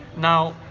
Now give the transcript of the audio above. now